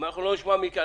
אם אנחנו לא נשמע מכם,